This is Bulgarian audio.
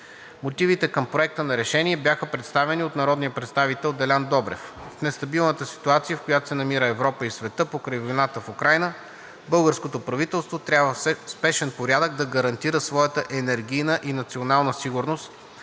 Мотивите към Проекта на решение бяха представени от народния представител Делян Добрев. В нестабилната ситуация, в която се намират Европа и светът покрай войната в Украйна, българското правителство трябва в спешен порядък да гарантира своята енергийна и национална сигурност,